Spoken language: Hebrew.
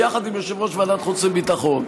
ביחד עם יושב-ראש ועדת חוץ וביטחון,